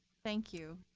thank you.